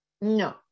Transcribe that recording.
No